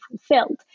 fulfilled